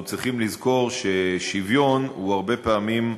אנחנו צריכים לזכור ששוויון הרבה פעמים